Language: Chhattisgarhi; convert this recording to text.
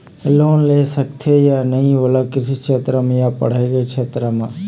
लोन ले सकथे या नहीं ओला कृषि क्षेत्र मा या पढ़ई के क्षेत्र मा?